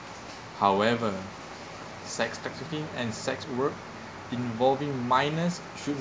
however sex trafficking and sex work involving minors should